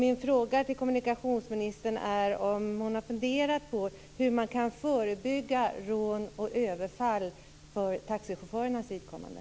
Min fråga till kommunikationsministern är om hon har funderat på hur man kan förebygga rån och överfall för taxichaufförernas vidkommande.